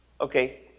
Okay